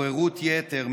עוררות יתר,